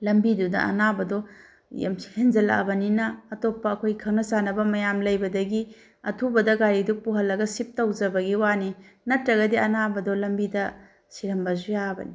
ꯂꯝꯕꯤꯗꯨꯗ ꯑꯅꯥꯕꯗꯣ ꯌꯥꯝ ꯍꯦꯟꯖꯤꯜꯂꯛꯂꯕꯅꯤꯅ ꯑꯇꯣꯞꯄ ꯑꯩꯈꯣꯏ ꯈꯪꯅ ꯆꯥꯟꯅꯕ ꯃꯌꯥꯝ ꯂꯩꯕꯗꯒꯤ ꯑꯊꯨꯕꯗ ꯒꯥꯔꯤꯗꯨ ꯄꯨꯍꯜꯂꯒ ꯁꯤꯐ ꯇꯧꯖꯕꯒꯤ ꯋꯥꯅꯤ ꯅꯠꯇ꯭ꯔꯒꯗꯤ ꯑꯅꯥꯕꯗꯣ ꯂꯝꯕꯤꯗ ꯁꯤꯔꯝꯕꯁꯨ ꯌꯥꯕꯅꯤ